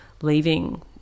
leaving